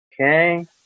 Okay